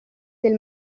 del